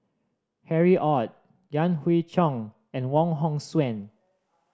Harry Ord Yan Hui Chang and Wong Hong Suen